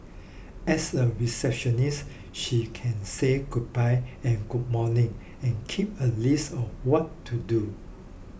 as a receptionist she can say goodbye and good morning and keep a list of what to do